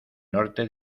norte